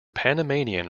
panamanian